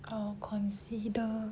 I will consider